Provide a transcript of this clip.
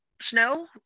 snow